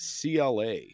CLA